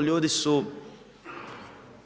Ljudi su